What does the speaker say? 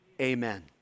Amen